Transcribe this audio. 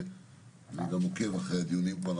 אני עוקב אחרי הדיונים כאן.